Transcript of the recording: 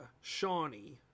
Shawnee